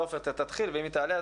אז עופר אתה תתחיל ואם היא תעלה,